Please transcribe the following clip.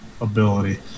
ability